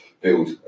build